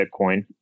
Bitcoin